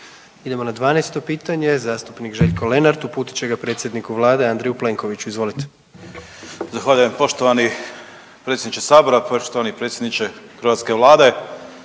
Idemo na 12 pitanje, zastupnik Željko Lenart uputit će ga predsjedniku vlade Andreju Plenkoviću. Izvolite. **Lenart, Željko (HSS)** Zahvaljujem poštovani predsjedniče sabora- Poštovani predsjedniče hrvatske Vlade,